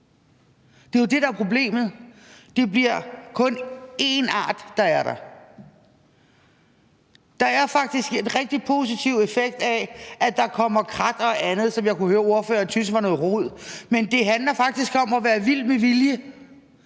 Det er jo det, der er problemet. Det vil kun være en art, der er der. Der er faktisk en rigtig positiv effekt af, at der kommer krat og andet, som jeg kunne høre ordføreren syntes var noget rod. Men det handler faktisk om at være vild med vilje,